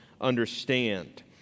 understand